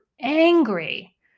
angry